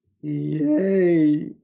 Yay